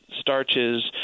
starches